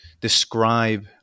describe